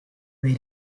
where